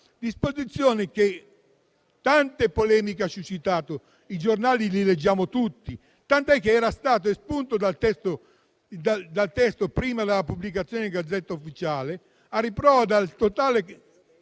disposizione che tante polemiche ha suscitato: i giornali li leggiamo tutti. Tant'è che era stato espunto dal testo prima della pubblicazione in *Gazzetta Ufficiale*, a riprova della totale